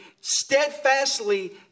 steadfastly